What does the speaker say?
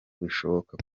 bishoboka